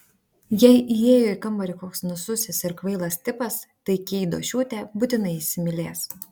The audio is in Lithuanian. jei įėjo į kambarį koks nususęs ir kvailas tipas tai keidošiūtė būtinai įsimylės